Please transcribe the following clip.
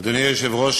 אדוני היושב-ראש,